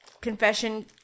confession